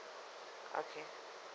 okay